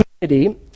community